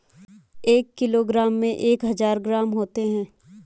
एक किलोग्राम में एक हजार ग्राम होते हैं